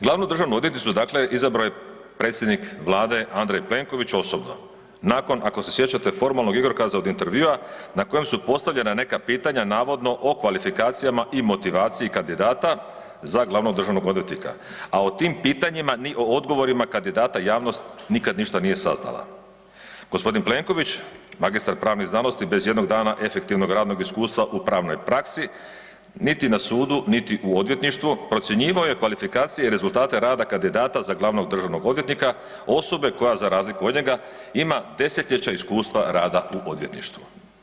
Glavnu državnu odvjetnicu dakle izabrao je predsjednik vlade Andrej Plenković osobno nakon, ako se sjećate formalnog igrokaza od intervjua na kojem su postavljena neka pitanja navodno o kvalifikacijama i motivaciji kandidata za glavnog državnog odvjetnika, a o tim pitanjima, ni o odgovorima kandidata javnost nikad ništa nije saznala. g. Plenković, magistar pravnih znanosti bez ijednog dana efektivnog radnog iskustva u pravnoj praksi niti na sudu, niti u odvjetništvu procjenjivao je kvalifikacije i rezultate rada kandidata za glavnog državnog odvjetnika osobe koja za razliku od njega ima 10-ljeća iskustva rada u odvjetništvu.